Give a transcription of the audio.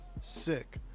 sick